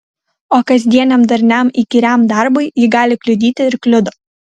o kasdieniam darniam įkyriam darbui ji gali kliudyti ir kliudo